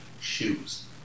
shoes